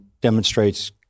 demonstrates